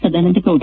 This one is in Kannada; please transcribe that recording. ಸದಾನಂದ ಗೌಡ